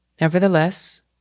Nevertheless